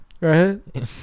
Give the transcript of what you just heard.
right